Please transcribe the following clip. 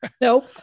Nope